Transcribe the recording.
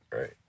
Right